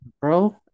bro